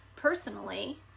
Personally